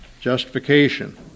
Justification